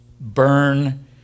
Burn